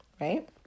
Right